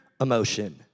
emotion